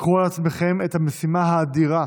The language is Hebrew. קחו על עצמכם את המשימה האדירה